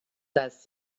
das